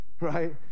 right